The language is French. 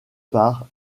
part